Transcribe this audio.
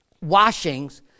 washings